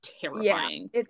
terrifying